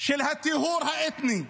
של הטיהור האתני,